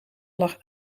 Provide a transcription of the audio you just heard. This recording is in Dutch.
lag